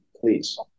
Please